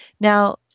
Now